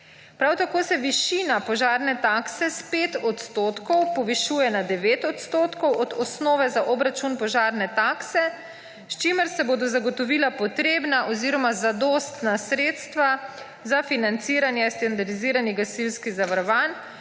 Prav tako se višina požarne takse s 5 odstotkov povišuje na 9 odstotkov od osnove za obračun požarne takse, s čimer se bodo zagotovila potrebna oziroma zadostna sredstva za financiranje standardiziranih gasilskih zavarovanj